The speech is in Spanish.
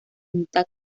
mitad